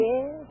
Yes